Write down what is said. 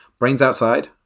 brainsoutside